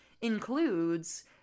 includes